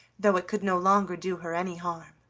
though it could no longer do her any harm.